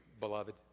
beloved